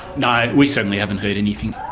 no, we certainly haven't heard anything.